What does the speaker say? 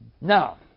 Now